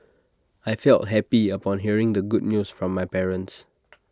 I felt happy upon hearing the good news from my parents